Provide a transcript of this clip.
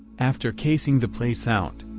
after casing the place out,